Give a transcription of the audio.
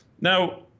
Now